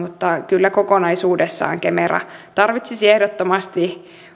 mutta kyllä kokonaisuudessaan kemera tarvitsisi ehdottomasti